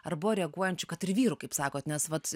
arba reaguojančių kad ir vyrų kaip sakot nes vat